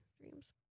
dreams